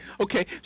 Okay